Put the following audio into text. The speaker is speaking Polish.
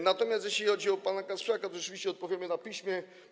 Natomiast jeśli chodzi o pana Kasprzaka, to rzeczywiście odpowiemy na piśmie.